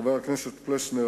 חבר הכנסת פלסנר,